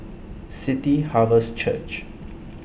City Harvest Church